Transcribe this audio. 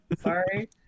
Sorry